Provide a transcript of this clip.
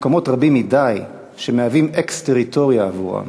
מקומות רבים מדי, שמהווים אקסטריטוריה עבורם.